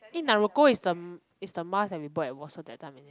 eh naruko is the is the mask that we bought at watson that time is it